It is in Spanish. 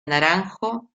naranjo